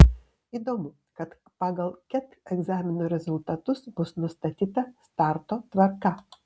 įdomu kad pagal ket egzamino rezultatus bus nustatyta starto tvarka